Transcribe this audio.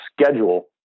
schedule